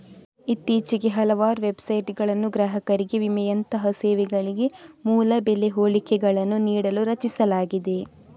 ಇತ್ತೀಚೆಗೆ ಹಲವಾರು ವೆಬ್ಸೈಟುಗಳನ್ನು ಗ್ರಾಹಕರಿಗೆ ವಿಮೆಯಂತಹ ಸೇವೆಗಳಿಗೆ ಮೂಲ ಬೆಲೆ ಹೋಲಿಕೆಗಳನ್ನು ನೀಡಲು ರಚಿಸಲಾಗಿದೆ